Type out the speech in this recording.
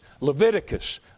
Leviticus